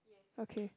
okay